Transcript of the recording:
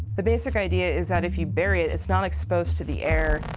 the basic idea is that if you bury it, it's not exposed to the air,